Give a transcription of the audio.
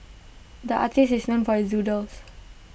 the artist is known for his doodles